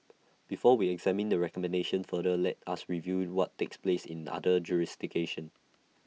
before we examine the recommendation further let us review what takes place in other jurisdictions